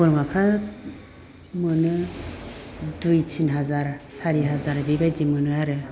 बोरमाफ्रा मोनो दुइ थिन हाजार छारि हाजार बिबायदि मोनो आरो